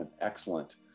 excellent